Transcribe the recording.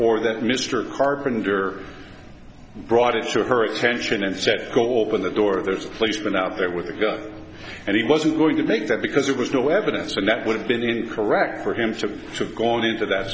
or that mr carpenter brought it to her attention and said go on the door there's a placement out there with a gun and he wasn't going to take that because there was no evidence and that would have been correct for him to have gone into that